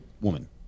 woman